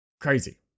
crazy